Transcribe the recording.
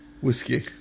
Whiskey